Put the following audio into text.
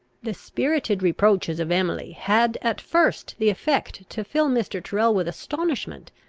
the spirited reproaches of emily had at first the effect to fill mr. tyrrel with astonishment,